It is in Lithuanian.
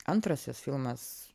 antrasis filmas